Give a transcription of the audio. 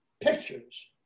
pictures